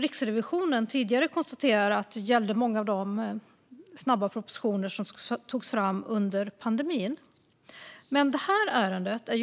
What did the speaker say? Riksrevisionen har tidigare konstaterat att det gällde många av de snabba propositioner som togs fram under pandemin. Men